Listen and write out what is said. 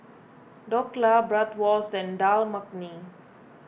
Dhokla Bratwurst and Dal Makhani